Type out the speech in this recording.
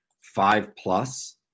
five-plus